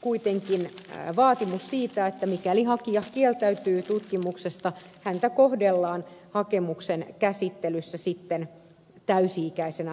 kuitenkin vaatimus siitä että mikäli hakija kieltäytyy tutkimuksesta häntä kohdellaan hakemuksen käsittelyssä täysi ikäisenä hakijana